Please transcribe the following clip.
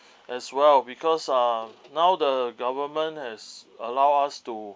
as well because uh now the government has allowed us to